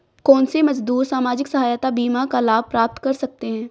कौनसे मजदूर सामाजिक सहायता बीमा का लाभ प्राप्त कर सकते हैं?